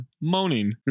moaning